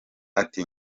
ati